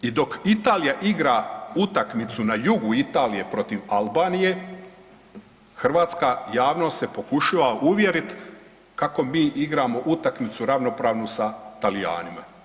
I dok Italija igra utakmicu na jugu Italije protiv Albanije hrvatska javnost se pokušava uvjerit kako mi igramo utakmicu ravnopravnu sa Talijanima.